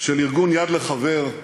של ארגון "יד לחבר"